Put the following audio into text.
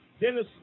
Dennis